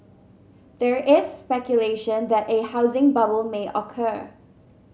there is speculation that a housing bubble may occur